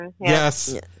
Yes